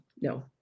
No